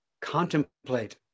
Contemplate